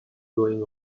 going